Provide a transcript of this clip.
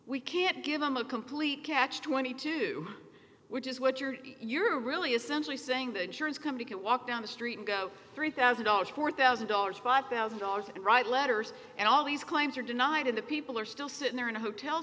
we can't give them a complete catch twenty two which is what you're you're really essentially saying that insurance come to get walk down the street go three thousand dollars four thousand dollars five thousand dollars and write letters and all these claims are denied and that people are still sitting there in a hotel